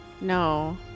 No